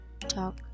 talk